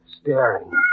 staring